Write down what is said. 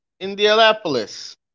Indianapolis